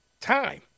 time